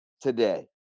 today